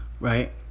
Right